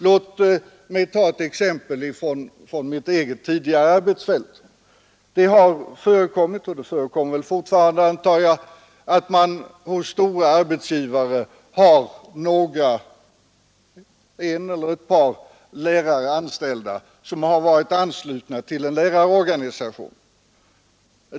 Låt mig ta ett exempel från mitt eget tidigare arbetsfält! Det har förekommit — och det förekommer väl fortfarande, antar jag — att man hos stora arbetsgivare har en eller ett par lärare anställda som varit anslutna till en lärarorganisation.